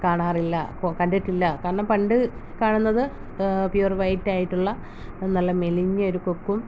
കാണാറില്ല കണ്ടിട്ടില്ല കാരണം പണ്ട് കാണുന്നത് പ്യുയർ വൈറ്റായിട്ടുള്ള നല്ല മെലിഞ്ഞൊരു കൊക്കും